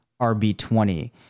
RB20